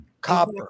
copper